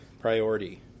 priority